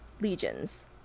legions